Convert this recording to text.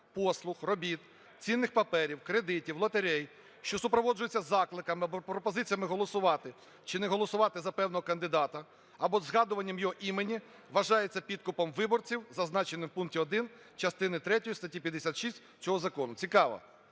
послуг, робіт, цінних паперів, кредитів, лотерей, що супроводжується закликами або пропозиціями голосувати чи не голосувати за певного кандидата або згадуванням його імені, вважається підкупом виборців, зазначеним у пункті 1 частині третьої статті 56 цього закону." Цікаво,